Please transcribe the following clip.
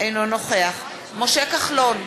אינו נוכח משה כחלון,